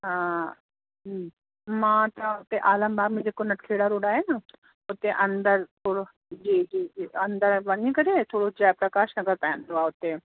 हा हूं मां त हुते आलमबाग में जेको नटखेड़ा रोड आहे न हुते अंदरि थोरो जी जी जी अंदरि वञी करे थोरो जय प्रकाश नगर पवंदो आहे हुते